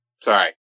sorry